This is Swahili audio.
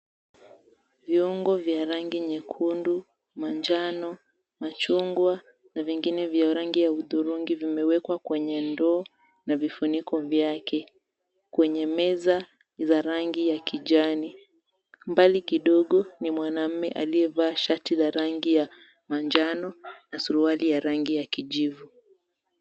Viungo vya rangi nyekundu, manjano, machungwa na vingine vya rangi vya dhurungi vimewekwa kwenye ndoo na vifuniko vyake, kwenye meza za rangi ya kijani. Mbali kidogo ni mwanume amevaa shati ya rangi ya manjano na suruali ya rangi ya kijivu.